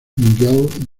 miquel